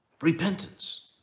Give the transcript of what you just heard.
Repentance